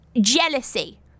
jealousy